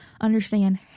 understand